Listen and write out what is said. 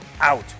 out